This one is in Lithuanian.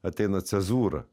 ateina cezūra